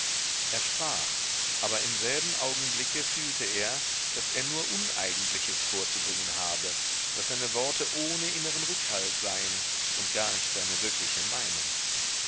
er sprach aber im selben augenblicke fühlte er daß er nur uneigentliches vorzubringen habe daß seine worte ohne inneren rückhalt seien und gar nicht seine wirkliche meinung